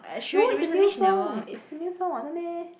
no it's a new song it's new song [what] not meh